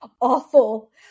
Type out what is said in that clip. awful